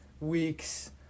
weeks